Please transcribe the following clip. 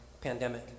pandemic